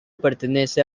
pertenece